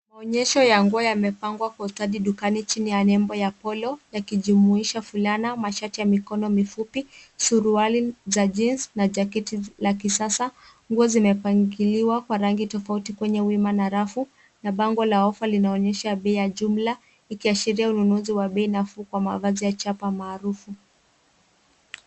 Maonyesho ya nguo yamepangwa kwa ustadi dukani chini ya nembo ya bolo yakijumuisha fulana, mashati ya mikono mifupi, suruali za jeans na jaketi la kisasa. Nguo zimepangiliwa kwa rangi tofauti kwenye wima na rafu na bango la offer linaonyesha bei ya jumla, ikiashiria ununuzi wa bei nafuu kwa mavazi ya chapa maarufu.